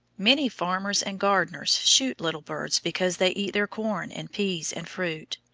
many farmers and gardeners shoot little birds because they eat their corn and peas and fruit.